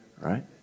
right